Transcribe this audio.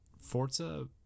forza